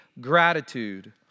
gratitude